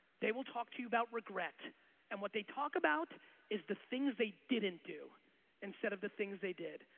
they will talk to you about regret and what they talk about is the things they didn't do instead of the things they did.